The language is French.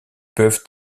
peuvent